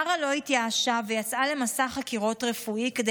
מארה לא התייאשה ויצאה למסע חקירות רפואי כדי